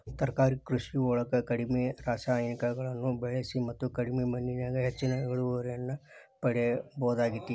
ತರಕಾರಿ ಕೃಷಿಯೊಳಗ ಕಡಿಮಿ ರಾಸಾಯನಿಕಗಳನ್ನ ಬಳಿಸಿ ಮತ್ತ ಕಡಿಮಿ ಮಣ್ಣಿನ್ಯಾಗ ಹೆಚ್ಚಿನ ಇಳುವರಿಯನ್ನ ಪಡಿಬೋದಾಗೇತಿ